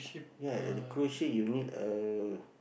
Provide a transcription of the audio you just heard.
ya and the cruise ship you need a